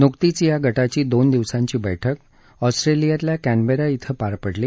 नुकतीच या गटाची दोन दिवसांची बैठक ऑस्ट्रेलियातल्या कॅनबेरा पार पडली